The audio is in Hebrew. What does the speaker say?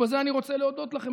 ובזה אני רוצה להודות לכם,